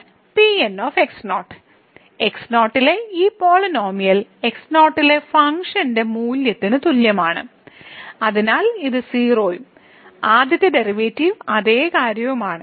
x0 ലെ ഈ polynomial x0 ലെ ഫംഗ്ഷൻ മൂല്യത്തിന് തുല്യമാണ് അതിനാൽ ഇത് 0 ഉം ആദ്യത്തെ ഡെറിവേറ്റീവ് അതേ കാര്യവുമാണ്